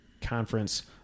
conference